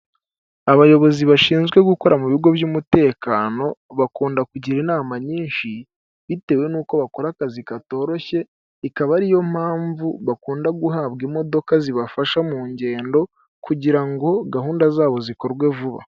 Abayobozi bashinzwe gukora mu bigo by'umutekano bakunda kugira inama nyinshi bitewe n'uko bakora akazi katoroshye, ikaba ariyo mpamvu bakunda guhabwa imodoka zibafasha mu ngendo kugira ngo gahunda zabo zikorwe vuba.